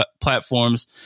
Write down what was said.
platforms